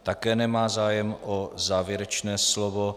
Také nemá zájem o závěrečné slovo.